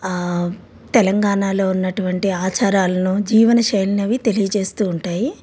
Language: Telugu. తెలంగాణలో ఉన్నటువంటి ఆచారాలను జీవనశైలినవి తెలియజేస్తూ ఉంటాయి